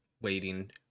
waiting